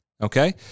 okay